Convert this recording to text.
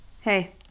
Hey